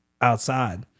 outside